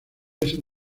ese